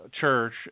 church